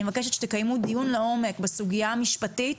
אני מבקשת שתקיימו דיון לעומק בסוגייה המשפטית